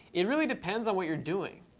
it really depends on what you're doing,